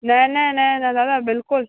न न न न दादा बिल्कुलु